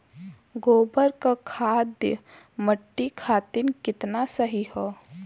गोबर क खाद्य मट्टी खातिन कितना सही ह?